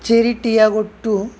cherry Tiago two